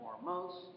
foremost